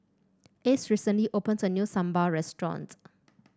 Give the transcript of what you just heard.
Ace recently opened a new Sambar Restaurant